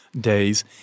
days